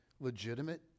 legitimate